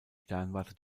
sternwarte